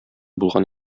булган